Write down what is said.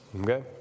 Okay